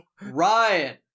Ryan